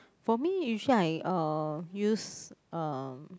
for me usually I uh use um